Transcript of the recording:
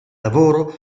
lavoro